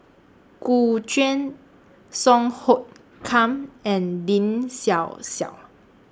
Gu Juan Song Hoot Kiam and Lin Xiao Xiao